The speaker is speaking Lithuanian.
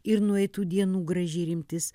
ir nueitų dienų graži rimtis